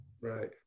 right